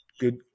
good